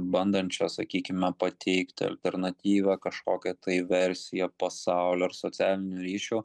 bandančią sakykime pateikti alternatyvią kažkokią tai versiją pasaulio ir socialinių ryšių